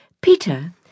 Peter